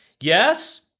Yes